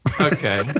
okay